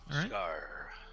Scar